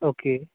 okay